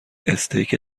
استیک